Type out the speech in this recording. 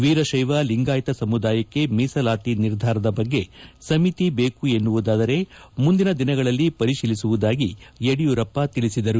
ವೀರಶೈವ ಲಿಂಗಾಯತ ಸಮುದಾಯಕ್ಕೆ ಮೀಸಲಾತಿ ನಿರ್ಧಾರದ ಬಗ್ಗೆ ಸಮಿತಿ ಬೇಕು ಎನ್ನುವುದಾದರೆ ಮುಂದಿನ ದಿನಗಳಲ್ಲಿ ಪರಿಶೀಲಿಸುವುದಾಗಿ ಯಡಿಯೂರಪ್ಪ ತಿಳಿಸಿದರು